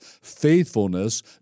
faithfulness